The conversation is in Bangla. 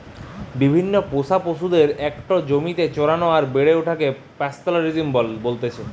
বিভিন্ন পোষা পশুদের একটো জমিতে চরানো আর বেড়ে ওঠাকে পাস্তোরেলিজম বলতেছে